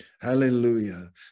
Hallelujah